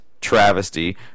Travesty